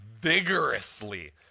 vigorously